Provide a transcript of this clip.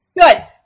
Good